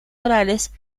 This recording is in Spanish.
orales